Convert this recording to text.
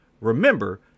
Remember